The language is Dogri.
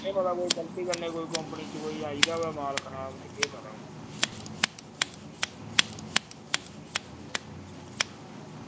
केह् पता कोई गलती कन्नै कौंपनी चा आई दा होवै कोई खराब समान ते केह् पता हून